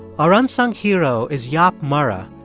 our unsung hero is jaap murre, ah